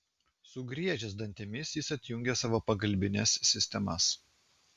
sugriežęs dantimis jis atjungė savo pagalbines sistemas